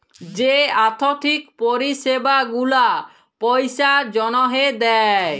যে আথ্থিক পরিছেবা গুলা পইসার জ্যনহে দেয়